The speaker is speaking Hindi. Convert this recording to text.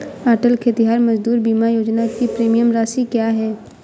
अटल खेतिहर मजदूर बीमा योजना की प्रीमियम राशि क्या है?